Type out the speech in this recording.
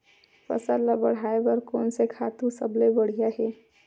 फसल ला बढ़ाए बर कोन से खातु सबले बढ़िया हे?